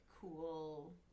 cool